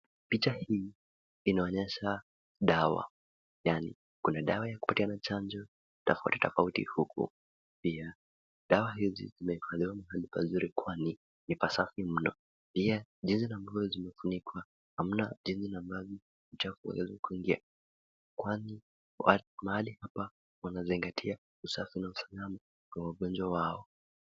Picha hii inaonyesha dawa. Yaani kuna dawa ya kupatiana chanjo tofauti tofauti huku. Pia dawa hizi zimewekwa mahali pazuri kwani ni pasafi mno. Pia jinsi ambavyo zimefunikwa, hamna jinsi namba ambavyo inachafua inaweza kuingia. Kwani mahali hapa wanazingatia usafi na usalama kwa wagonjwa wao.